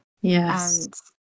Yes